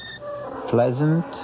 pleasant